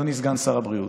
אדוני סגן שר הבריאות,